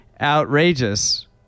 outrageous